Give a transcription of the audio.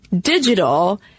digital